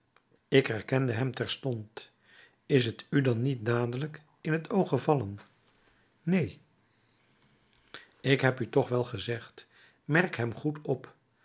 ik herkende hem terstond is t u dan niet dadelijk in het oog gevallen neen ik heb u toch nog wel gezegd merk hem goed op